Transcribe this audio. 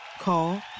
Call